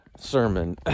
sermon